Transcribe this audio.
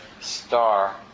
star